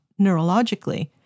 neurologically